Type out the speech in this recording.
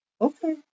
okay